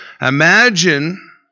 Imagine